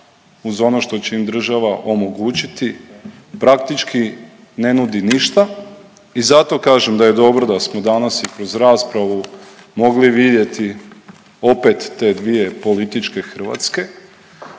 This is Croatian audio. uz ono što će im država omogućiti praktički ne nudi ništa i zato kažem da je dobro da smo danas i kroz raspravu mogli vidjeti opet te dvije političke Hrvatsku.